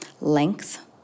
length